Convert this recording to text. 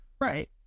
Right